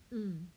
hmm